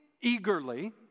eagerly